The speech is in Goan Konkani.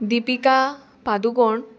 दिपिका पादुकोण